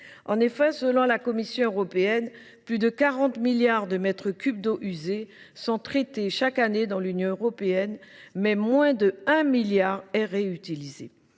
En effet, selon la Commission européenne, plus de 40 milliards de mètres cubes d’eaux usées sont traités chaque année dans l’Union européenne, dont moins de 1 milliard seulement